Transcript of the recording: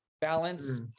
balance